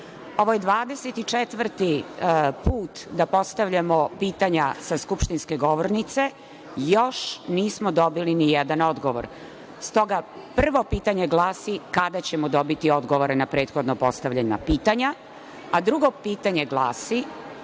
Ovo je 24. put da postavljamo pitanja sa skupštinske govornice i još nismo dobili nijedan odgovor. Stoga, prvo pitanje glasi – kada ćemo dobiti odgovore na prethodno postavljena pitanja? **Branka